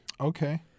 Okay